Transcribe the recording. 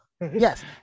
Yes